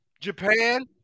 Japan